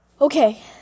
Okay